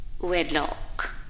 Wedlock